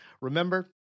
Remember